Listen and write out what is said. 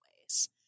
ways